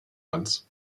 ganz